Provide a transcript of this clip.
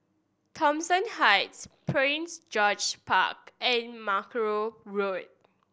Thomson Heights Prince George Park and Mackerrow Road